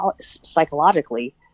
psychologically